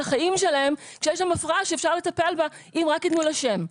החיים שלהם כשיש שם הפרעה שאפשר לטפל בה אם רק ייתנו לה שם.